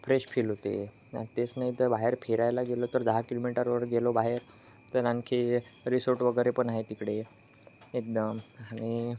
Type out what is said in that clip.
fresh feel होते तेच नाही तर बाहेर फिरायला गेलो तर दहा किलोमीटरवर गेलो बाहेर तर आणखी रिसॉर्ट वगैरे पण आहे तिकडे एकदम आणि